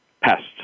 Pests